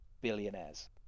billionaires